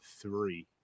three